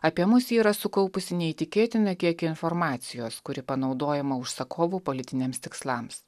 apie mus ji yra sukaupusi neįtikėtiną kiekį informacijos kuri panaudojama užsakovų politiniams tikslams